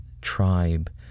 tribe